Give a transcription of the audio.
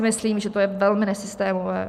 Myslím si, že to je velmi nesystémové.